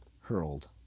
hurled